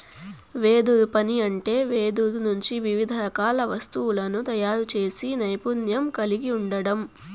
వెదురు పని అంటే వెదురు నుంచి వివిధ రకాల వస్తువులను తయారు చేసే నైపుణ్యం కలిగి ఉండడం